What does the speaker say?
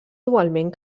igualment